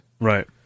Right